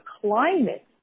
climate